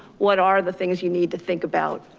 what are the things you need to think about